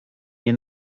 nie